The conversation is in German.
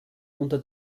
unter